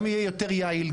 גם יהיה יותר יעיל,